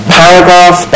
paragraph